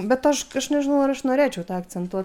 bet aš aš nežinau ar aš norėčiau tą akcentuot